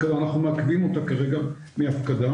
אנחנו מעכבים אותה כרגע מהפקדה.